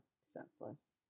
senseless